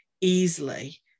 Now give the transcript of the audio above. easily